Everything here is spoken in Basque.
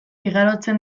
igarotzen